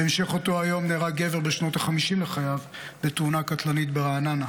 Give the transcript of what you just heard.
בהמשך אותו היום נהרג גבר בשנות החמישים לחייו בתאונה קטלנית ברעננה.